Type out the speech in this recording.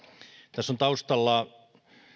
tässä on taustalla